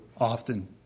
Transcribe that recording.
often